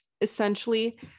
essentially